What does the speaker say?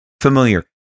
familiar